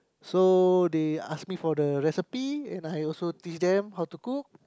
so they ask me for the recipe and I also teach them how to cook